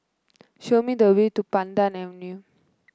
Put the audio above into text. show me the way to Pandan Avenue